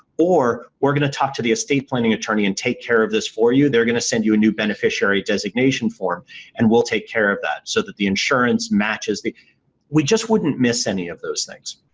or, we're going to talk to the estate planning attorney and take care of this for you. they're going to send you a new beneficiary designation form and we'll take care of that so that the insurance matches. we just wouldn't miss any of those things.